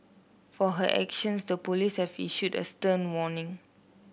for her actions the police have issued a stern warning